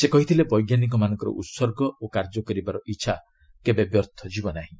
ସେ କହିଥିଲେ ବୈଜ୍ଞାନିକମାନଙ୍କର ଉତ୍ସର୍ଗ ଓ କାର୍ଯ୍ୟକରିବାର ଇଚ୍ଛା କେବେ ବ୍ୟର୍ଥ ଯିବନାହିଁ